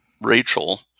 Rachel